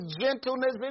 gentleness